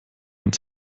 ins